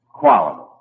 quality